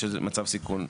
סיכון.